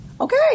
Okay